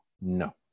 No